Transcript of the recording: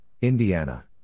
Indiana